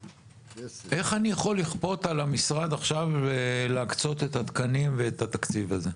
איך אני יכול לכפות על המשרד עכשיו את התקנים ואת התקציב הזה?